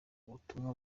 ubutumwa